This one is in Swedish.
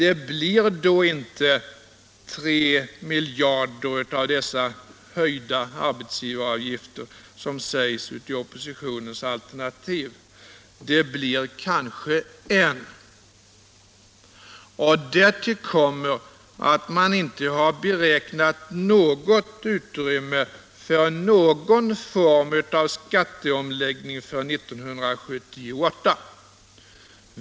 Effekten av de höjda arbetsgivaravgifterna blir ju då inte 3 miljarder, som det sägs i oppositionens alternativ, utan det blir kanske 1 miljard. Därtill kommer att man inte har räknat utrymme för någon form av skatteomläggning för 1978.